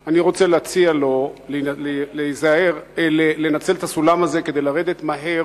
אני רוצה להציע לו לנצל את הסולם הזה כדי לרדת מהר